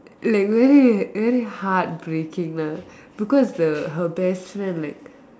like very very heart breaking lah because the her best friend like